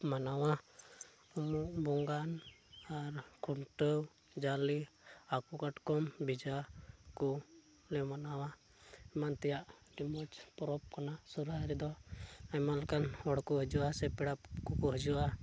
ᱢᱟᱱᱟᱣᱟ ᱵᱚᱸᱜᱟᱱ ᱟᱨ ᱠᱷᱩᱱᱴᱟᱹᱣ ᱟᱨ ᱡᱟᱞᱮ ᱦᱟᱹᱠᱩ ᱠᱟᱴᱠᱚᱢ ᱵᱷᱮᱡᱟ ᱠᱚᱞᱮ ᱢᱟᱱᱟᱣᱟ ᱮᱢᱟᱱ ᱛᱮᱭᱟᱜ ᱟᱹᱰᱤ ᱢᱚᱡᱽ ᱯᱚᱨᱚᱵᱽ ᱠᱟᱱᱟ ᱥᱚᱦᱚᱨᱟᱭ ᱨᱮᱫᱚ ᱟᱭᱢᱟ ᱞᱮᱠᱟᱱ ᱦᱚᱲ ᱠᱚ ᱦᱤᱡᱩᱜᱼᱟ ᱥᱮ ᱯᱮᱲᱟ ᱠᱚᱠᱚ ᱦᱤᱡᱩᱜᱼᱟ